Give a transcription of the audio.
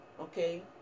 Okay